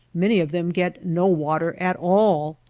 many of them get no water at all.